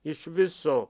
iš viso